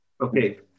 Okay